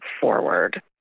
forward